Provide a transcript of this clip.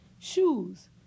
Shoes